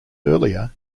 earlier